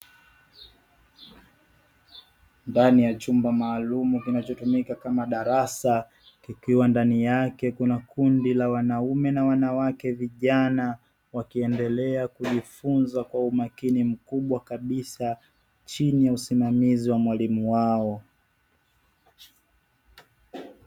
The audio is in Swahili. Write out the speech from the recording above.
Ndani ya chumba maalum kinachotumika kama darasa kukiwa ndani yake kuna kundi la wanaume na wanawake vijana wakiendelea kujifunza kwa umakini mkubwa kabisa chini ya usimamizi wa mwalimu wao.